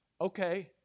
Okay